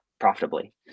profitably